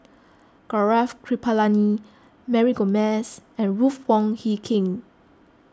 Gaurav Kripalani Mary Gomes and Ruth Wong Hie King